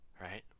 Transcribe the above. right